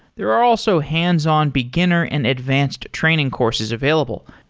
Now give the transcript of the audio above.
there are also hands-on beginner and advanced training courses available,